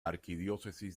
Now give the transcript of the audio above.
arquidiócesis